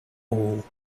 all